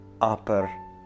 upper